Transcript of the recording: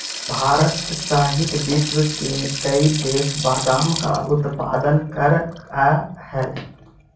भारत सहित विश्व के कई देश बादाम का उत्पादन करअ हई